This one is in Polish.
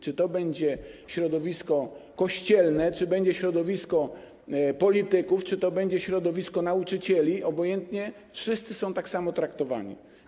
Czy to będzie środowisko kościelne, czy to będzie środowisko polityków, czy to będzie środowisko nauczycieli, obojętnie, wszyscy są tak samo traktowani.